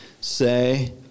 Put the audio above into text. say